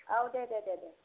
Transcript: औ दे दे दे